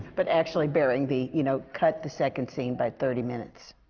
but actually bearing the you know, cut the second scene by thirty minutes.